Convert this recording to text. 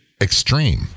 extreme